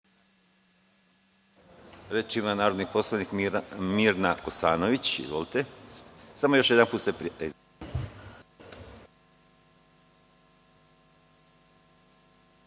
ima narodni poslanik Mirna Kosanović.